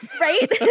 Right